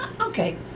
Okay